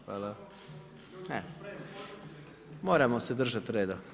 Hvala. … [[Upadica sa strane, ne čuje se.]] Moramo se držati reda.